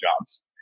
jobs